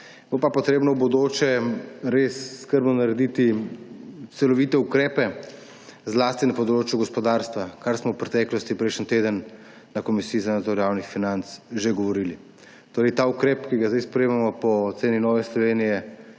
Bo pa treba v bodoče res skrbno narediti celovite ukrepe zlasti na področju gospodarstva, o čemer smo v preteklosti prejšnji teden na Komisiji za nadzor javnih financ že govorili. Ta ukrep, ki ga zdaj sprejemamo, je po oceni Nove Slovenije